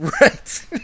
right